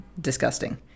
disgusting